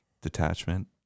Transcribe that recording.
detachment